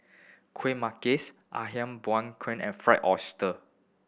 Kueh Manggis aham buah and fry oyster